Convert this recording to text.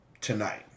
tonight